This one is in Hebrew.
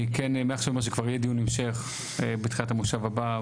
אני כן אומר לך כבר שיהיה דיון המשך בתחילת המושב הבא.